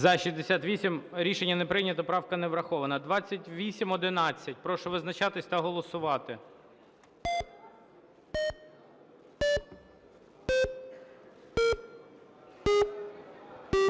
За-76 Рішення не прийнято. Правка не врахована. 2719, прошу визначатись та голосувати.